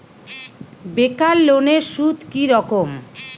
বেকার লোনের সুদ কি রকম?